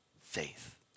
faith